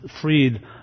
freed